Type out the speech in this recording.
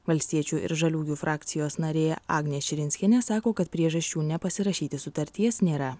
valstiečių ir žaliųjų frakcijos narė agnė širinskienė sako kad priežasčių nepasirašyti sutarties nėra